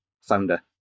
Founder